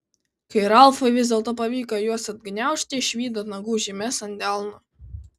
kai ralfui vis dėlto pavyko juos atgniaužti išvydo nagų žymes ant delno